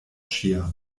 ĉiam